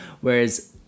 whereas